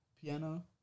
Piano